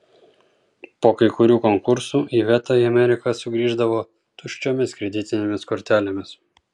po kai kurių konkursų iveta į ameriką sugrįždavo tuščiomis kreditinėmis kortelėmis